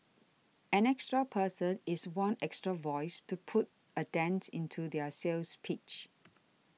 an extra person is one extra voice to put a dent into their sales pitch